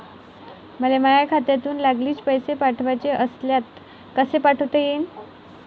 मले माह्या खात्यातून लागलीच पैसे पाठवाचे असल्यास कसे पाठोता यीन?